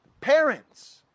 Parents